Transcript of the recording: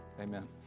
Amen